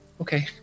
Okay